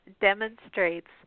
demonstrates